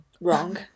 wrong